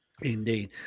Indeed